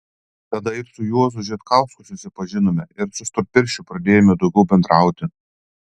tada ir su juozu žitkausku susipažinome ir su storpirščiu pradėjome daugiau bendrauti